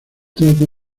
trata